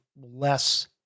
less